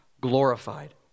glorified